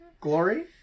glory